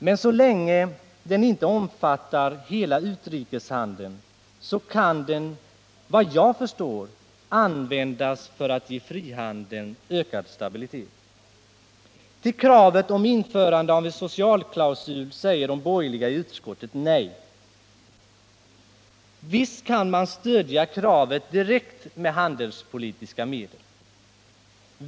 Men så länge den inte omfattar hela utrikeshandeln, kan den ju vad jag förstår användas för att ge frihandeln ökad stabilitet. Till kravet på införande av en socialklausul säger de borgerliga i utskottet nej. Visst kan man stödja kravet direkt med handelspolitiska medel.